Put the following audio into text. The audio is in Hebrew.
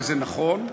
וזה נכון,